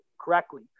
correctly